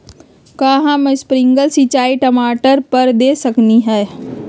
का हम स्प्रिंकल सिंचाई टमाटर पर दे सकली ह?